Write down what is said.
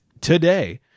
today